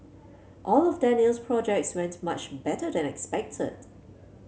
all of Daniel's projects went much better than expected